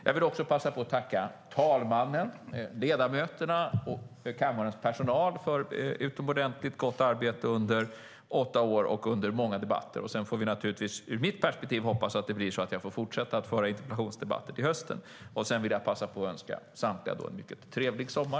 Jag vill också passa på att tacka talmannen, ledamöterna och kammarens personal för utomordentligt gott arbete under åtta år och många debatter. Ur mitt perspektiv hoppas jag att jag får fortsätta att föra interpellationsdebatter till hösten. Jag önskar samtliga en trevlig sommar.